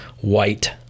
white